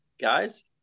guys